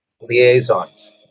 liaisons